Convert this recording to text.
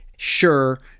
sure